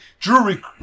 Drury